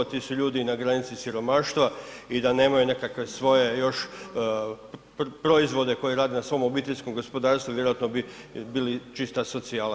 Ti su ljudi i na granici siromaštva i da nemaju nekakve svoje još proizvode koje rade na svom obiteljskom gospodarstvu vjerojatno bi bili čista socijala.